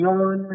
on